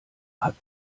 hat